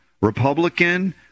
Republican